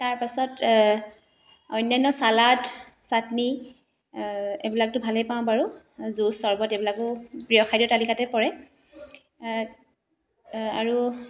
তাৰপাছত অন্যান্য ছালাড চাটনি এইবিলাকতো ভালে পাওঁ বাৰু জুচ চৰবতো এইবিলাক প্ৰিয় খাদ্যৰ তালিকাতে পৰে আৰু